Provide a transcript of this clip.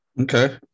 Okay